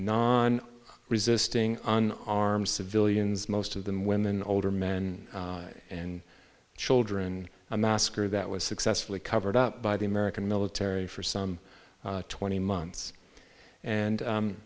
non resisting an armed civilians most of them women older men and children a massacre that was successfully covered up by the american military for some twenty months and